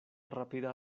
rapida